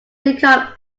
become